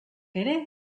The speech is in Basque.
ere